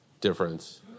difference